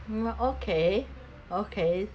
mm okay okay